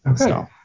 Okay